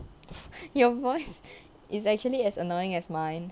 your voice is actually as annoying as mine